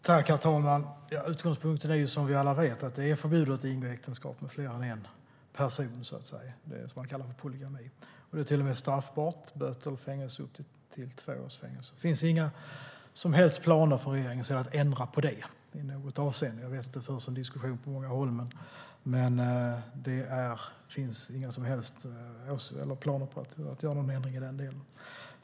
Herr talman! Utgångspunkten är, som vi alla vet, att det är förbjudet att ingå äktenskap med fler än en person - det som man kallar för polygami. Det är till och med straffbart och kan ge böter eller upp till två års fängelse. Det finns inga som helst planer hos regeringen på att ändra detta i något avseende. Jag vet att det förs en diskussion på många håll, men det finns inga planer på att göra någon ändring i den delen.